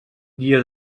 dia